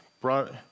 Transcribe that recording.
brought